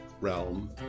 realm